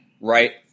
right